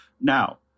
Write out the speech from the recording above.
Now